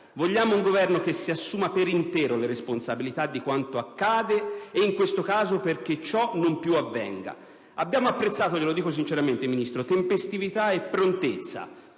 Vogliamo un Governo che si assuma per intero le responsabilità di quanto accade e, in questo caso, perché ciò non avvenga più. Abbiamo apprezzato, glielo dico sinceramente, Ministro, tempestività e prontezza